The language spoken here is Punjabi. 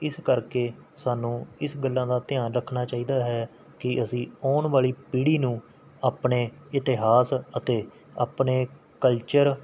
ਇਸ ਕਰਕੇ ਸਾਨੂੰ ਇਸ ਗੱਲਾਂ ਦਾ ਧਿਆਨ ਰੱਖਣਾ ਚਾਹੀਦਾ ਹੈ ਕਿ ਅਸੀਂ ਆਉਣ ਵਾਲੀ ਪੀੜ੍ਹੀ ਨੂੰ ਆਪਣੇ ਇਤਿਹਾਸ ਅਤੇ ਆਪਣੇ ਕਲਚਰ